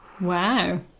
wow